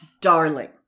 darling